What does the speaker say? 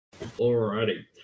Alrighty